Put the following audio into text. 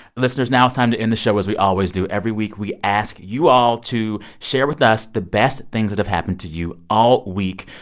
listeners, now it's time to end the show as we always do. every week, we ask you all to share with us the best things that have happened to you all week.